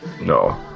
no